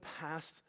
past